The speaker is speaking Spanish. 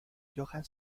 johann